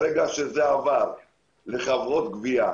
ברגע שזה עבר לחברות גבייה,